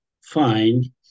find